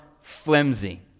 flimsy